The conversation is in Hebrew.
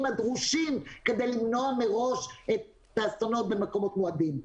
הדרושים כדי למנוע מראש את האסונות במקומות מועדים.